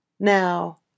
Now